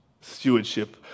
stewardship